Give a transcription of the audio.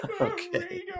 Okay